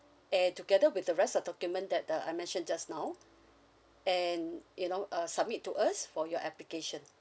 and together with the rest of document that the I mentioned just now and you know uh submit to us for your application